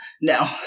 No